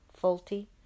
faulty